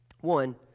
One